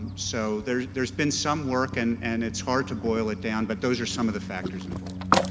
um so there's there's been some work and and it's hard to boil it down, but those are some of the factors involved.